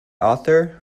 author